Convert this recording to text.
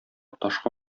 ташка